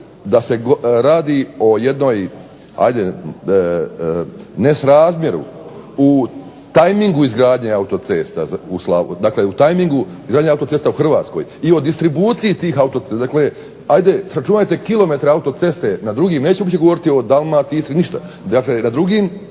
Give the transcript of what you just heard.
autocesta u Slavoniji. Dakle, u tajmingu izgradnje autocesta u Hrvatskoj i o distribuciji tih autocesta. Dakle, ajde računajte kilometre autoceste na drugim, neću više govoriti o Dalmaciji i Istri ništa, dakle na drugim